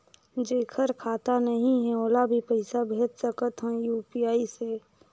जेकर खाता नहीं है ओला भी पइसा भेज सकत हो यू.पी.आई से?